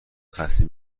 خسته